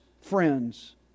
friends